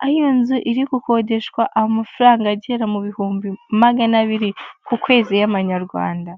aho iyo nzu iri gukodeshwa amafaranga agera mu bihumbi magana abiri ku kwezi y'amanyarwanda.